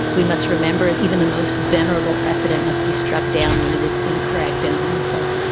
we must remember even the most venerable precedent must be struck down when it is incorrect and harmful.